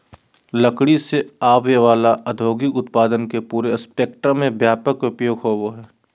लकड़ी से आवय वला औद्योगिक उत्पादन के पूरे स्पेक्ट्रम में व्यापक उपयोग होबो हइ